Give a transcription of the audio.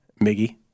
Miggy